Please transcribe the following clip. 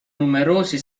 numerosi